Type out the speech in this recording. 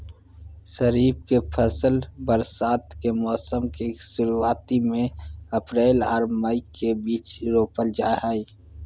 खरीफ के फसल बरसात के मौसम के शुरुआती में अप्रैल आर मई के बीच रोपल जाय हय